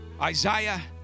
Isaiah